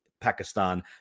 Pakistan